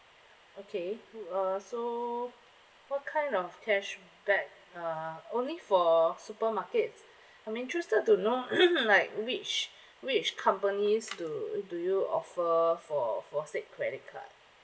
okay uh so what kind of cashback uh only for supermarkets I'm interested to know like which which companies do do you offer for for said credit card